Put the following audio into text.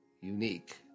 unique